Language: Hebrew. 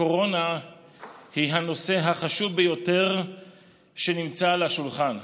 הקורונה היא הנושא החשוב ביותר שנמצא על השולחן.